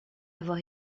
avoir